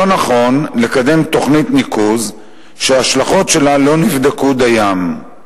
לא נכון לקדם תוכנית ניקוז שההשלכות שלה לא נבדקו דיין,